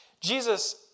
Jesus